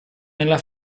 nella